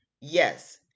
Yes